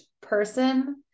person